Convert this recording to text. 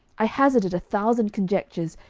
i hazarded a thousand conjectures,